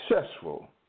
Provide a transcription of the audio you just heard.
successful